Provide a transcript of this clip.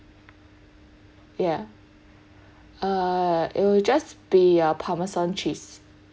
ya uh it will just be uh parmesan cheese